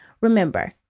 Remember